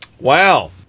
Wow